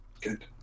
Good